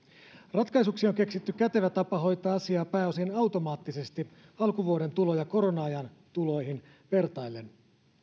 ratkaisuksi on keksitty kätevä tapa hoitaa asiaa pääosin automaattisesti alkuvuoden tuloja korona ajan tuloihin vertaillen